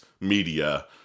media